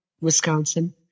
Wisconsin